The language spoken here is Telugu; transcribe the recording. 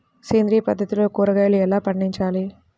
సేంద్రియ పద్ధతిలో కూరగాయలు ఎలా పండించాలి?